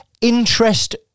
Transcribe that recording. interest